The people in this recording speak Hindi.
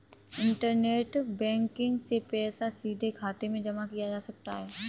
इंटरनेट बैंकिग से पैसा सीधे खाते में जमा किया जा सकता है